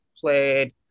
played